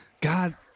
God